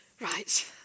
Right